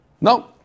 No